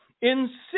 insist